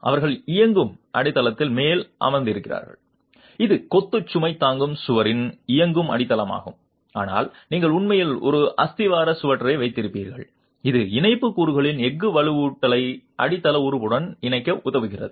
அவர்கள் இயங்கும் அடித்தளத்தின் மேல் அமர்ந்திருக்கிறார்கள் இது கொத்து சுமை தாங்கும் சுவரின் இயங்கும் அடித்தளமாகும் ஆனால் நீங்கள் உண்மையில் ஒரு அஸ்திவார கற்றை வைத்திருப்பீர்கள் இது இணைப்பு கூறுகளின் எஃகு வலுவூட்டலை அடித்தள உறுப்புடன் இணைக்க உதவுகிறது